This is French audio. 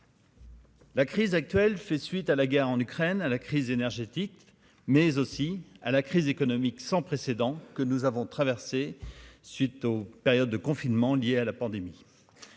La crise actuelle fait suite à la guerre en Ukraine à la crise énergétique mais aussi à la crise économique sans précédent que nous avons traversée suite aux périodes de confinement lié à la pandémie